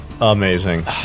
Amazing